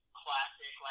classic